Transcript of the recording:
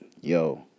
yo